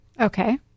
Okay